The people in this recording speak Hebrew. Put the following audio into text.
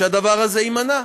כדי שהדבר הזה יימנע.